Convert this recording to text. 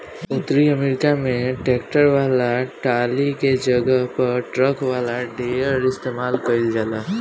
उतरी अमेरिका में ट्रैक्टर वाला टाली के जगह पर ट्रक वाला डेकर इस्तेमाल कईल जाला